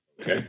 Okay